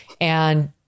And-